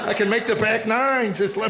like can make the back nines, just let